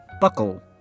Buckle